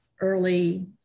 early